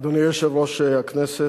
אדוני יושב-ראש הכנסת,